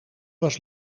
was